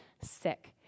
sick